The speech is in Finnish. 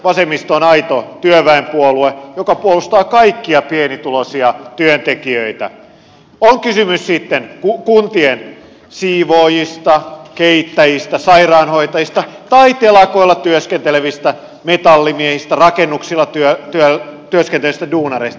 vasemmisto on aito työväenpuolue joka puolustaa kaikkia pienituloisia työntekijöitä on kysymys sitten kuntien siivoojista keittäjistä ja sairaanhoitajista tai telakoilla työskentelevistä metallimiehistä ja rakennuksilla työskentelevistä duunareista